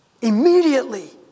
Immediately